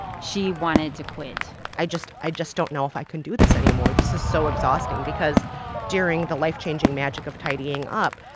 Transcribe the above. she wanted to quit i just i just don't know if i can do this anymore. this is so exhausting because during the life-changing magic of tidying up,